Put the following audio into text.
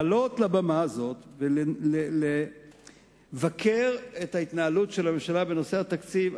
לעלות לבמה הזאת ולבקר את התנהלות הממשלה בנושא התקציב,